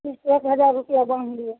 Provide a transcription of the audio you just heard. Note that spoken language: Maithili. ई एक हजार रुपैआ बान्हि लिअ